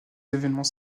événements